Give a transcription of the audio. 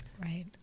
Right